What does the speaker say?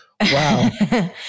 Wow